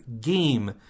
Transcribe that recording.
game